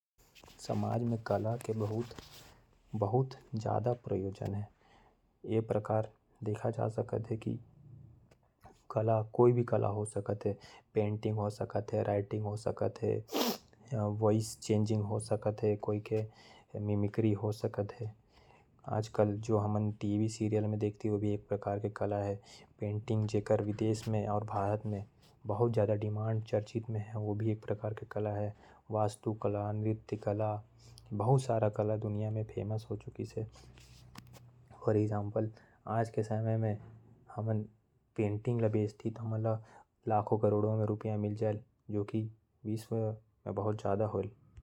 समाज में कला के बहुत बड़ा योगदान है। कोई भी कला हो सकत है जैसे पेंटिंग मिमिक्री। आवाज बदलना एक्टिंग करना। पेंटिंग के जैसे हमन देख सकत ही की विदेश में पेंटिंग के बहुत डिमांड है। नाच गान और भी बहुत सारा कला है जो आज के समय में चर्चित है।